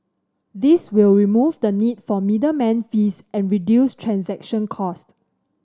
this will remove the need for middleman fees and reduce transaction cost